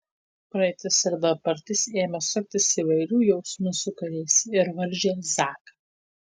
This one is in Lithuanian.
praeitis ir dabartis ėmė suktis įvairių jausmų sūkuriais ir varžė zaką